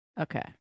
Okay